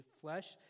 flesh